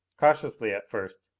cautiously at first,